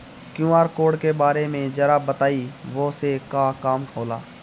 QR code के बारे में जरा बताई वो से का काम होला?